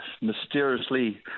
mysteriously